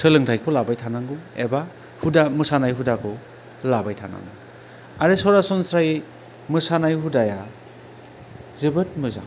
सोलोंथायखौ लाबाय थानांगौ एबा हुदा मोसानाय हुदाखौ लाबाय थानांगौ आरो सरासनस्रायै मोसानाय हुदाया जोबोद मोजां